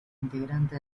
integrante